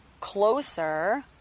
closer